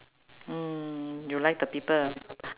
mm you like the people